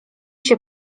się